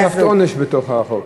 יש עונש, הוספת עונש בתוך החוק.